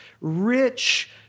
rich